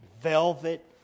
velvet